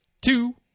two